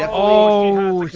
and o